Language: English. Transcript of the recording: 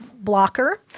blocker